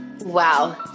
Wow